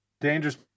dangerous